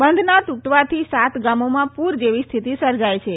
બંધના ત્રટવાથી સાત ગામોમાં પૂર જેવી સ્થિતિ સર્જાય છે